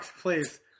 please